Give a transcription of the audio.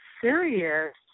serious